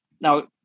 Now